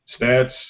stats